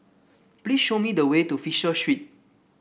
please show me the way to Fisher Street